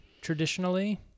traditionally